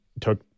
took